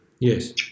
Yes